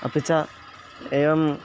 अपि च एवम्